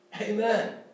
Amen